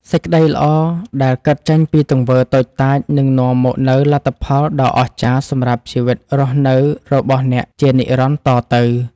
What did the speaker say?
សេចក្តីល្អដែលកើតចេញពីទង្វើតូចតាចនឹងនាំមកនូវលទ្ធផលដ៏អស្ចារ្យសម្រាប់ជីវិតរស់នៅរបស់អ្នកជានិរន្តរ៍តទៅ។